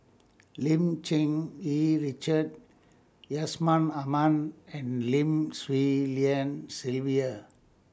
Lim Cherng Yih Richard Yusman Aman and Lim Swee Lian Sylvia